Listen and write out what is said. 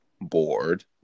bored